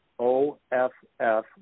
O-F-F